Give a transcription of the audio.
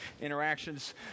interactions